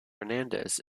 fernandez